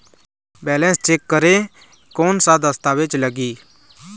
Balance check करें कोन सा दस्तावेज लगी?